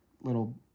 little